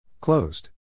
Closed